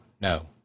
no